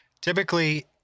typically